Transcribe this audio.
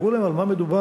והראו להם על מה מדובר,